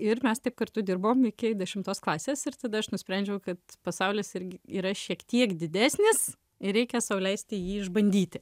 ir mes taip kartu dirbom iki dešimtos klasės ir tada aš nusprendžiau kad pasaulis irgi yra šiek tiek didesnis ir reikia sau leisti jį išbandyti